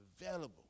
available